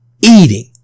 eating